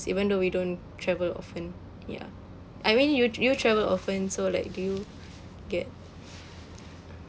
even though we don't travel often ya I mean you you travel often so like do you get